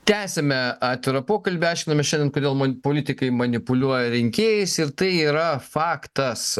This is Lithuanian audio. tęsiame atvirą pokalbį aiškinamės šiandien kodėl man politikai manipuliuoja rinkėjais ir tai yra faktas